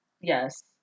Yes